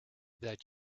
that